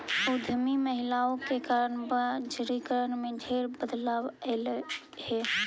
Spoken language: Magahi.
उद्यमी महिलाओं के कारण बजारिकरण में ढेर बदलाव अयलई हे